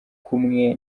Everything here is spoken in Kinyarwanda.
kumwe